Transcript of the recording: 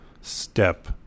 step